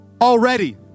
Already